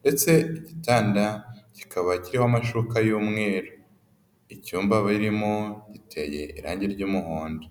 ndetse igitanda kikaba kiriho amashuka y'umweru. Icyumba birimo giteye irangi ry'umuhondo.